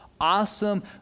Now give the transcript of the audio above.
awesome